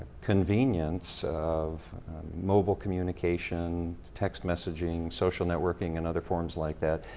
convenience of mobile communication, text messaging, social networking and other forms like that,